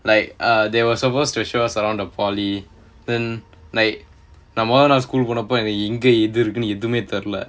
like ah there were supposed to show us around the polytechnic then like நான் மொத நாள்:naan motha naal school போனப்போ எங்க எனது இருக்குனு தெரில:ponnappo enga ethu irukunu terila